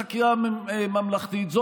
יש לך בעיה עם ועדות חקירה ממלכתיות?